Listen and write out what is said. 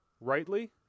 rightly